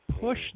push